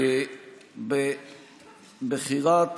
בחירת